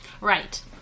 right